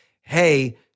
Hey